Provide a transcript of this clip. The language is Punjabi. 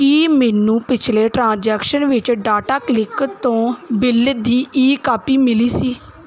ਕੀ ਮੈਨੂੰ ਪਿਛਲੇ ਟ੍ਰਾਂਜੈਕਸ਼ਨ ਵਿੱਚ ਟਾਟਾ ਕਲਿਕ ਤੋਂ ਬਿੱਲ ਦੀ ਈ ਕਾਪੀ ਮਿਲੀ ਸੀ